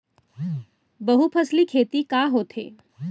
बहुफसली खेती का होथे?